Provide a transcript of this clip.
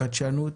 חדשנות,